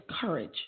courage